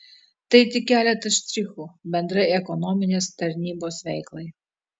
tai tik keletas štrichų bendrai ekonominės tarnybos veiklai